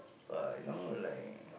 uh you know like